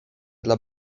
dla